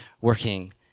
working